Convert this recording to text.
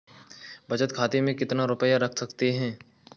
बचत खाते में कितना रुपया रख सकते हैं?